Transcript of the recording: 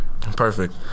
perfect